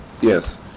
yes